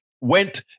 went